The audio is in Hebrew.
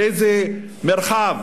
באיזה מרחב